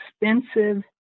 expensive